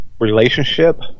relationship